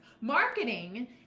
marketing